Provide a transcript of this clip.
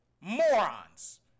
Morons